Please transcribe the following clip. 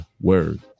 Word